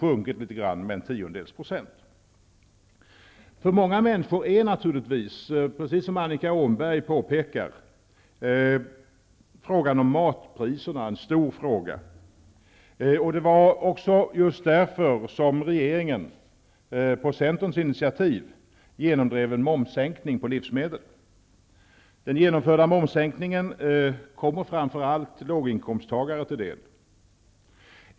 De har t.o.m.sjunkit med en tiondels procent. Frågan om matpriserna är naturligtvis en stor fråga för många människor, precis som Annika Åhnberg påpekar. Det var också just därför som regeringen, på Centerns initiativ, genomdrev en momssänkning på livsmedel. Den genomförda momssänkningen kommer framför allt låginkomsttagare till del.